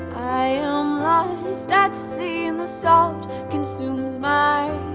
i am lost at sea and the salt consumes my